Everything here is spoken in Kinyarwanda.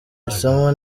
isomo